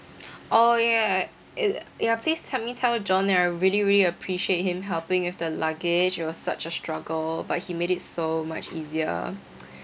oh ya ya ya uh ya please help me tell john that I really really appreciate him helping with the luggage it was such a struggle but he made it so much easier